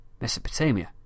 Mesopotamia